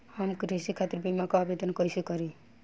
हम कृषि खातिर बीमा क आवेदन कइसे करि?